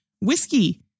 Whiskey